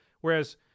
whereas